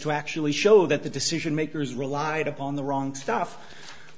to actually show that the decision makers relied upon the wrong stuff